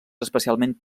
especialment